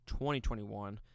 2021